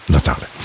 Natale